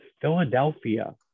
Philadelphia